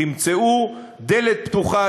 תמצאו דלת פתוחה,